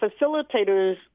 facilitators